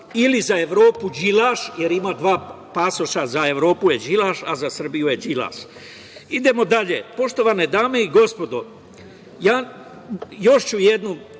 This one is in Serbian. ili za Evropu Đilaš, jer ima dva pasoša, za Evropu je Đilaš, a za Srbiju je Đilas. Idemo dalje. Poštovane dame i gospodo, još jedan